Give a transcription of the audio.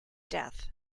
death